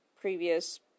previous